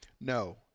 No